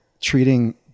treating